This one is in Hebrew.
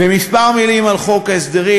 וכמה מילים על חוק ההסדרים.